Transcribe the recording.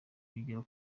yagera